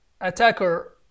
attacker